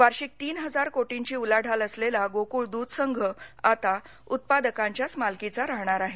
वार्षिक तीन हजार कोटींची उलाढाल असलेला गोकूळ दुध संघ आता उत्पादकांच्याच मालकीचा राहणार आहे